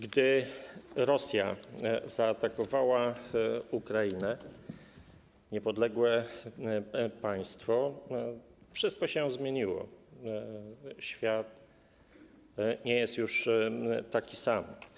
Gdy Rosja zaatakowała Ukrainę, niepodległe państwo, wszystko się zmieniło - świat nie jest już taki sam.